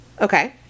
Okay